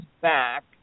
back